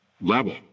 level